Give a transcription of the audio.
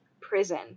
Prison